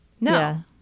No